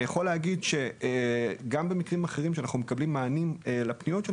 אני יכול להגיד שגם במקרים אחרים שאנחנו מקבלים מענים לפניות,